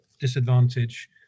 disadvantage